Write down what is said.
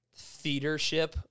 theatership